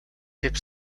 typ